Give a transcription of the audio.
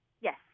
Yes